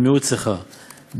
במיעוט שיחה,